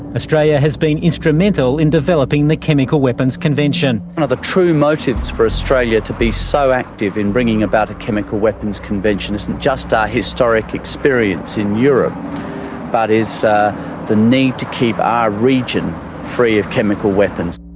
australia has been instrumental in developing the chemical weapons convention. one of the true motives for australia to be so active in bringing about a chemical weapons convention isn't just our historic experience in europe but is the need to keep our region free of chemical weapons.